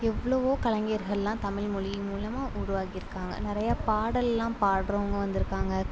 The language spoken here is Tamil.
எவ்வளோவோ கலைஞர்கள்லாம் தமிழ்மொழி மூலமாக உருவாகி இருக்காங்க நிறையா பாடல்லாம் பாடுறவங்க வந்துருக்காங்க